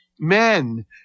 Men